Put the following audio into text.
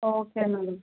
okay madam